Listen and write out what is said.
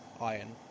iron